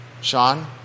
Sean